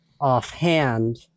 offhand